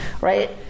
right